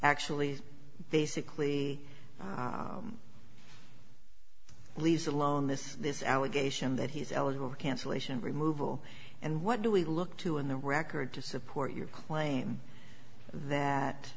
actually basically leaves alone this allegation that he's eligible cancellation removal and what do we look to in the record to support your claim that